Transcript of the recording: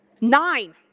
Nine